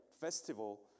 festival